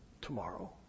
tomorrow